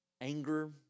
Anger